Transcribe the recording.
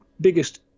biggest